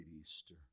Easter